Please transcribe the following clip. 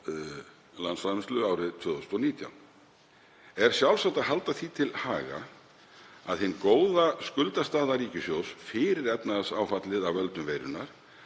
landsframleiðslu árið 2019. Er sjálfsagt að halda því til haga að hin góða skuldastaða ríkissjóðs fyrir efnahagsáfallið af völdum veirunnar